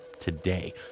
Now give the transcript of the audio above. today